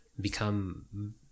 become